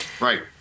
Right